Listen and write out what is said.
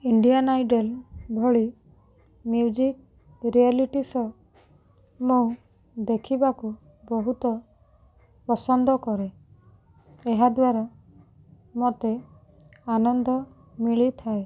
Indian Idol ଭଳି music reality show ମୁଁ ଦେଖିବାକୁ ବହୁତ ପସନ୍ଦ କରେ ଏହାଦ୍ୱାରା ମୋତେ ଆନନ୍ଦ ମିଳିଥାଏ